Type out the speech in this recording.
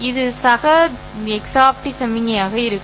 இந்த சக x சமிக்ஞையாக இருக்கும்